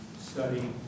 study